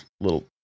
little